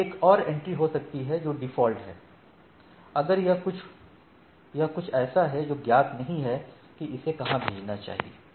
यहाँ एक और एंट्री हो सकती है जो डिफ़ॉल्ट है अगर यह कुछ ऐसा है जो ज्ञात नहीं है कि इसे कहाँ भेजना चाहिए